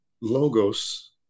Logos